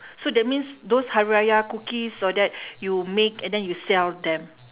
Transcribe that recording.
so that means those hari-raya cookies all that you make and then you sell them